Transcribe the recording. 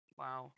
wow